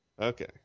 Okay